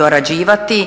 dorađivati,